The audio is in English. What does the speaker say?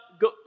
go